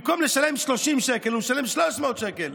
במקום לשלם 30 שקלים הוא משלם 300 שקלים.